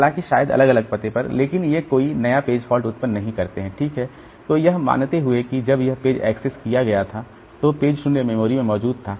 जैसे यदि फ़्रेम की संख्या मेमोरी फ़्रेम की संख्या इस मामले में 10 है और यह किसी अन्य मामले में 20 है तो स्वाभाविक रूप पेज रिप्लेसमेंट एल्गोरिदम का परफॉर्मेंस इस पेज फॉल्ट की संख्या के मामले में अलग होगा